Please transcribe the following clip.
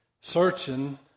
searching